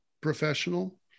professional